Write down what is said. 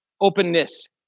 openness